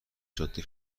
جاده